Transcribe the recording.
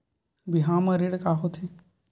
बिहाव म ऋण का होथे?